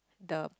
the